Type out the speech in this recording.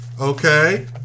okay